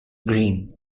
green